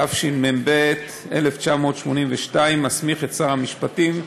התשמ"ב 1982, מסמיך את שר המשפטים,